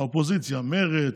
האופוזיציה: מרצ,